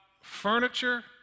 furniture